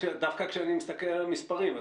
דווקא כשאני מסתכל על מספרים,